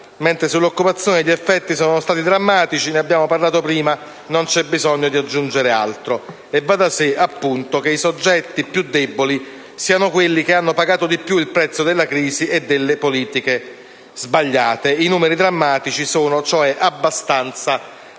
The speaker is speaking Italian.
mentre sull'occupazione gli effetti sono stati drammatici: ne abbiamo parlato in precedenza e non c'è bisogno di aggiungere altro. Va da sé, appunto, che i soggetti più deboli siano quelli che hanno pagato di più il prezzo della crisi e delle politiche sbagliate. I numeri drammatici sono abbastanza per